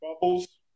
bubbles